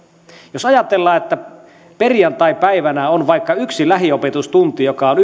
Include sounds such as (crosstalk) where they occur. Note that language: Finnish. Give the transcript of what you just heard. jos ajatellaan että perjantaipäivänä on vaikka yksi lähiopetustunti joka on (unintelligible)